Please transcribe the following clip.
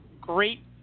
Great